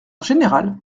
général